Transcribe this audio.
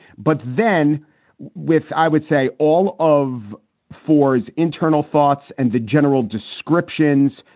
but then with, i would say, all of ford's internal thoughts and the general descriptions,